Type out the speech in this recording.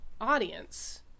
audience